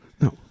No